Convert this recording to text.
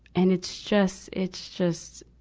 and it's just, it's just,